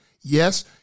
yes